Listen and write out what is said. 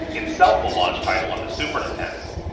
itself a launch title on the super nintendo.